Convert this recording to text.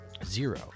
Zero